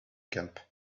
camp